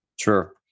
sure